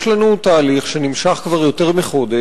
יש לנו תהליך שנמשך כבר יותר מחודש,